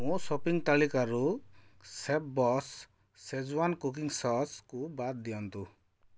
ମୋ ସପିଂ ତାଲିକାରୁ chef boss schezwan cooking ସସ୍କୁ ବାଦ୍ ଦିଅନ୍ତୁ